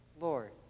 Lord